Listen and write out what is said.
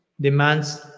demands